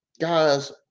guys